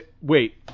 Wait